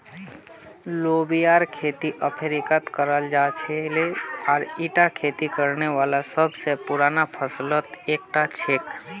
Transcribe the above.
लोबियार खेती अफ्रीकात कराल जा छिले आर ईटा खेती करने वाला सब स पुराना फसलत स एकता छिके